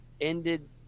ended